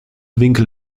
winkel